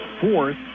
fourth